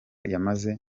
yamaze